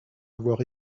avoir